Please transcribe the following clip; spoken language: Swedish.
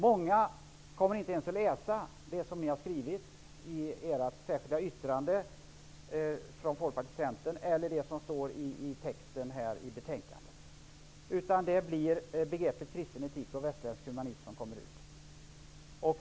Många kommer inte ens att läsa det särskilda yttrandet från Folkpartiet och Centern eller texten i utskottsbetänkandet, utan det är begreppet kristen etik och västerländsk humanism som kommer ut.